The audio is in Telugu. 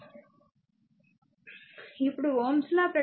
ఇప్పుడు Ω's లా ప్రకారం కూడా v0 2 i2